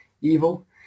evil